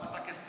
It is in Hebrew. גם אתה כשר,